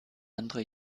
andere